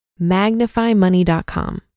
magnifymoney.com